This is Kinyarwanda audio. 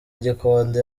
gikondo